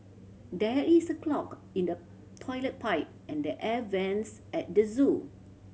there is a clog in the toilet pipe and the air vents at the zoo